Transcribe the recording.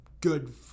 good